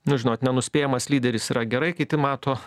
nu žinot nenuspėjamas lyderis yra gerai kiti mato